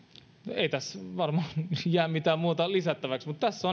ei tässä varmaan jää mitään muuta lisättäväksi mutta tässä